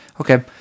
Okay